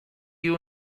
you